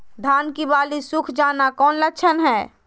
धान की बाली सुख जाना कौन लक्षण हैं?